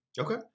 Okay